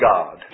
God